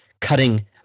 cutting